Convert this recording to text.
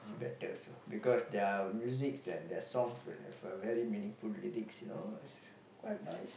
she better also because their musics and their songs will have a very meaningful lyrics you know is quite nice